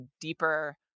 deeper